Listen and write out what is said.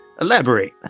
elaborate